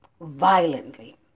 violently